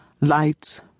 Lights